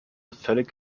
völlig